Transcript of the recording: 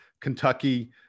Kentucky